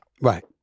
Right